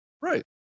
Right